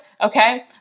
Okay